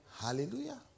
Hallelujah